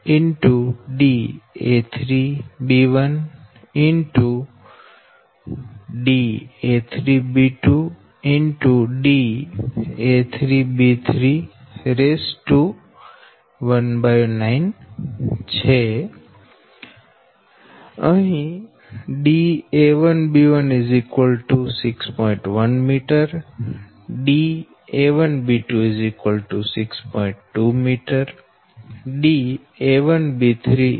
3 m da2b1 6 m da2b2 6